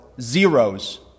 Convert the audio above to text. zeros